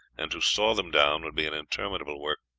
and to saw them down would be an interminable work.